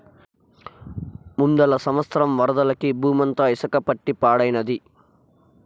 ముందల సంవత్సరం వరదలకి బూమంతా ఇసక పట్టి పాడైనాది